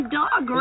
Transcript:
dog